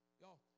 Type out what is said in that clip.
Y'all